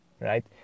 right